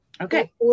Okay